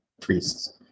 priests